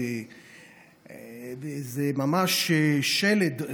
ממש שלד,